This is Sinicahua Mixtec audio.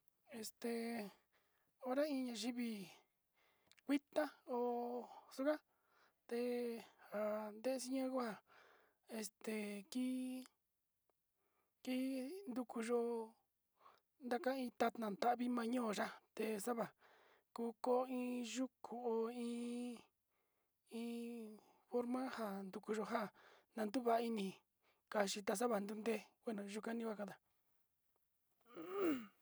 Este hora iin nayiví kuita hó xonra té'e ha ndexia ña'a ohá este ti-ti ndukuyo ndaka iin tadna ta'á vitmayona té xa'a va'a kuku iin yuku, iin iin forma njan nduku yuu nján nandua ini kaxhi ndava ndude bueno yuu kanio kanda.